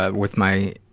ah with my,